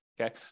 Okay